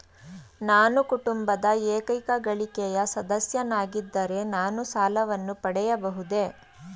ನಾನು ಕುಟುಂಬದ ಏಕೈಕ ಗಳಿಕೆಯ ಸದಸ್ಯನಾಗಿದ್ದರೆ ನಾನು ಸಾಲವನ್ನು ಪಡೆಯಬಹುದೇ?